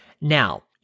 Now